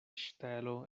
ŝtelo